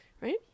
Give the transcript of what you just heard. right